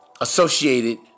Associated